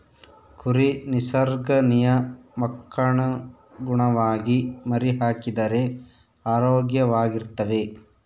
ಕುರಿ ನಿಸರ್ಗ ನಿಯಮಕ್ಕನುಗುಣವಾಗಿ ಮರಿಹಾಕಿದರೆ ಆರೋಗ್ಯವಾಗಿರ್ತವೆ